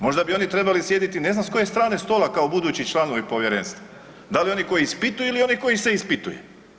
Možda bi oni trebali sjediti ne znam s koje strane stola kao budući članovi povjerenstva, da li oni koji ispituju ili one koje se ispituje.